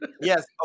Yes